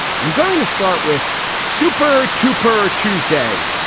and i'm going to start with super two per tuesday,